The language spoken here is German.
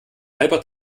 halber